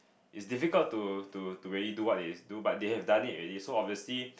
it's difficult to to to really do what they do but they have done it already so obviously